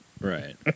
Right